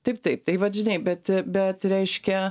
taip taip tai vat žinai bet bet reiškia